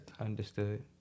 Understood